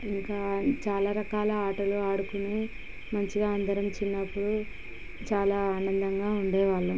ఇంకా చాలా రకాల ఆటలు ఆడుకుని మంచిగా అందరం చిన్నప్పుడు చాలా ఆనందంగా ఉండే వాళ్ళం